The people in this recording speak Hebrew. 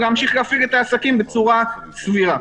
להמשיך להפעיל את העסקים בצורה סבירה.